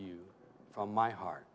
you from my heart